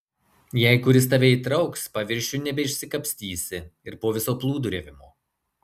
jei kuris tave įtrauks paviršiun nebeišsikapstysi ir po viso plūduriavimo